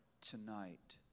tonight